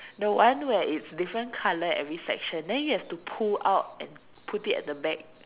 the one where it's different colour every section then you have to pull out and put it at the back